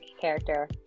Character